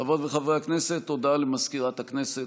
חברות וחברי הכנסת, הודעה למזכירת הכנסת.